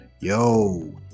Yo